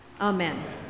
Amen